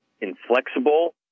inflexible